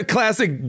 Classic